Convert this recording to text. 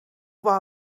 war